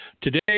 Today